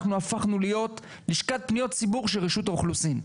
אנחנו הפכנו להיות לשכת פניות ציבור של רשות האוכלוסין.